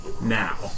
now